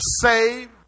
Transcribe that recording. saved